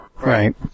Right